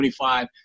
25